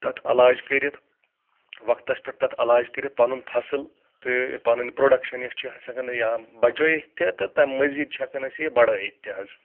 تَتھ علاج کٔرِتھ وقتَس پؠٹھ تَتھ علاج کٔرِتھ پَنُن فَصٕل تہٕ پَنٕنۍ پروڈَکشَن یَتھ چھِ حظ ہؠکَان بَچٲیِتھ تہِ تہٕ تَمہِ مٔزیٖد چھِ ہؠکَان أسۍ یہِ بَڑٲیِتھ تہِ حظ